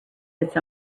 its